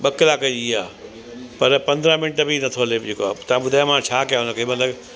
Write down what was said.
ॿ कलाक जी आहे पर पंद्रहं मिंट बि नथो हले जेको आहे ता ॿुधायो मां छा कया हुन खे मां तव्हांखे